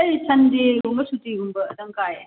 ꯑꯩ ꯁꯟꯗꯦꯒꯨꯝꯕ ꯁꯨꯇꯤꯒꯨꯝꯕ ꯑꯗꯨꯝ ꯀꯥꯏꯌꯦ